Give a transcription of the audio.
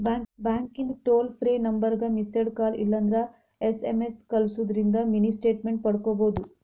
ಬ್ಯಾಂಕಿಂದ್ toll free ನಂಬರ್ಗ missed call ಇಲ್ಲಂದ್ರ ಎಸ್.ಎಂ.ಎಸ್ ಕಲ್ಸುದಿಂದ್ರ ಮಿನಿ ಸ್ಟೇಟ್ಮೆಂಟ್ ಪಡ್ಕೋಬೋದು